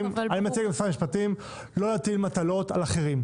אני מציע למשרד המשפטים לא להטיל מטלות על אחרים.